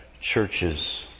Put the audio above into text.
churches